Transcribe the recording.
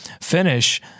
finish